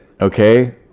Okay